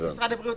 למשרד הבריאות,